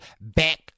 back